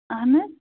اَہَن حظ